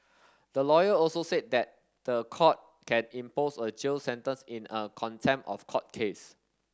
the lawyer also said that the court can impose a jail sentence in a contempt of court case